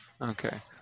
Okay